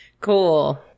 cool